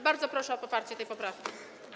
Bardzo proszę o poparcie tej poprawki.